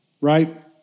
right